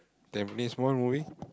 Tampines-One movie